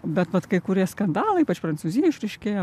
bet vat kai kurie skandalai ypač prancūzijoj išryškėję